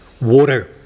water